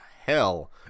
hell